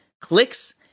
clicks